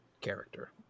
character